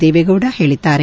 ದೇವೇಗೌಡ ಹೇಳಿದ್ದಾರೆ